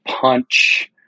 punch